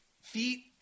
feet